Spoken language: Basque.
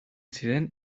ziren